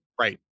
Right